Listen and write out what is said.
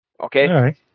okay